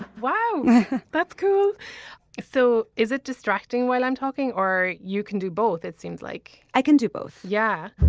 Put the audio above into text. wow that's cool. if so is it distracting while i'm talking. or you can do both. it seems like i can do both. yeah